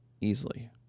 easily